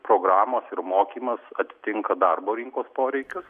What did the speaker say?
programos ir mokymas atitinka darbo rinkos poreikius